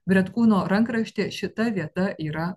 bretkūno rankraštyje šita vieta yra